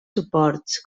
suports